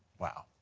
wow,